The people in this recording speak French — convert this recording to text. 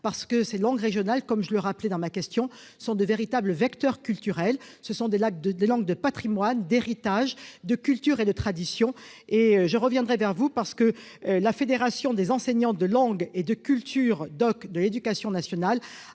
pour les langues régionales. Celles-ci, comme je l'ai rappelé dans ma question, constituent de véritables vecteurs culturels : ce sont des langues de patrimoine, d'héritage, de culture et de tradition. Je reviendrai vers vous car la Fédération des enseignants de langue et culture d'oc de l'éducation nationale